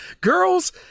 Girls